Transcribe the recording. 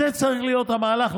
זה צריך להיות המהלך.